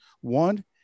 One